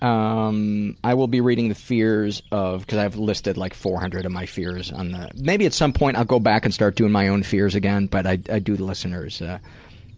um i will be reading the fears of because i have listed like four hundred of my fears on the maybe at some point i'll go back and start doing my own fears again, but i i do the listeners ah